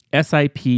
SIP